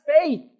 faith